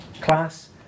class